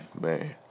Man